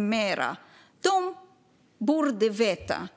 mera. Där borde man veta.